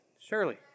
surely